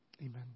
Amen